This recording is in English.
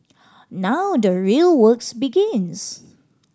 now the real works begins